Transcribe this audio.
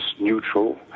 neutral